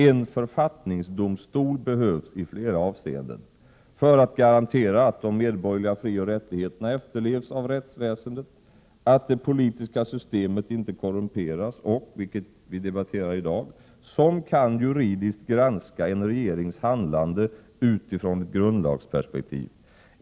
En författningsdomstol behövs i flera avseenden: för att garantera att de medborgerliga frioch rättigheterna efterlevs av rättsväsendet, att det politiska systemet inte korrumperas och — vilket vi debatterar i dag — som kan juridiskt granska en regerings handlande utifrån ett grundlagsperspektiv.